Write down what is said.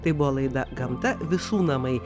tai buvo laida gamta visų namai